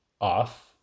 off